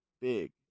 big